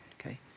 okay